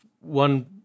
one